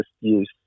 use